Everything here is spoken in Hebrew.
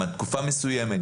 עד תקופה מסוימת,